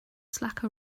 slacker